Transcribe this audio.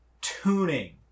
tuning